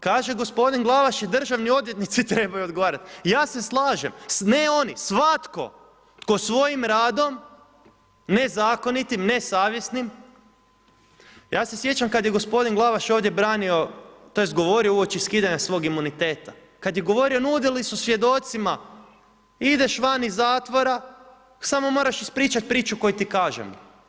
Kaže gospodin Glavaš, i državni odvjetnici trebaju odgovarati, ja se slažem, ne oni, svatko tko svojim radom nezakonitim, nesavjesnim, ja se sjećam kad je gospodin Glavaš ovdje branio tj. govorio uoči skidanja svog imuniteta, kad je govorio, nudili su svjedocima ideš van iz zatvora, samo moraš ispričat priču koju ti kažemo.